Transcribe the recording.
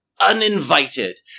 uninvited